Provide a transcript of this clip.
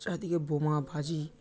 চারদিকে বোমাবাজি